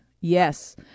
yes